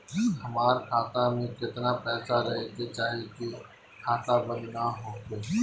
हमार खाता मे केतना पैसा रहे के चाहीं की खाता बंद ना होखे?